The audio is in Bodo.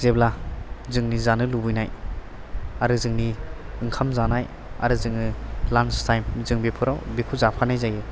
जेब्ला जेंनि जानो लुबैनाय आरो जोंनि ओंखाम जानाय आरो जोङो लान्स टाइम जों बेफोराव बेखौ जाफानाय जायो